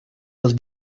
los